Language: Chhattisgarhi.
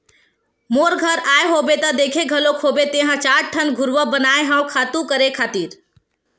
मोर घर आए होबे त देखे घलोक होबे तेंहा चार ठन घुरूवा बनाए हव खातू करे खातिर